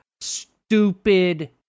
stupid